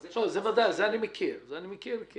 את זה אני מכיר.